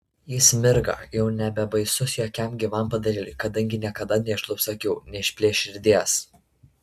jis mirga jau nebebaisus jokiam gyvam padarėliui kadangi niekada neišlups akių neišplėš širdies